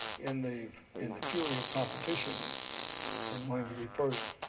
in the and the fury of competition and wanting to be first,